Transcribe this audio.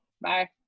Bye